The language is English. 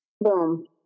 Boom